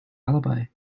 alibi